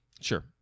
Sure